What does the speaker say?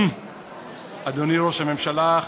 אדוני ראש הממשלה,